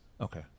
okay